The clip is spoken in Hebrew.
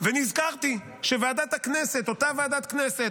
נזכרתי שוועדת הכנסת, אותה ועדת כנסת,